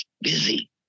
busy